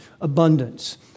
abundance